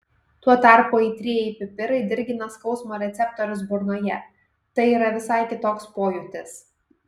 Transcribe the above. tuo tarpu aitrieji pipirai dirgina skausmo receptorius burnoje tai yra visai kitoks pojūtis